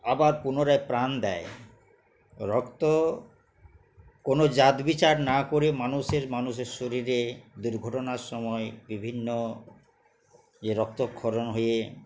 আবার পুনরায় প্রাণ দেয় রক্ত কোনো জাত বিচার না করে মানুষের মানুষের শরীরে দুর্ঘটনার সময় বিভিন্ন যে রক্তক্ষরণ হয়ে